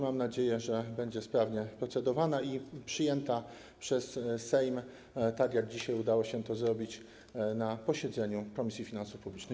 Mam nadzieję, że będzie sprawnie procedowana i przyjęta przez Sejm, tak jak dzisiaj udało się to zrobić na posiedzeniu Komisji Finansów Publicznych.